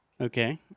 Okay